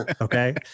Okay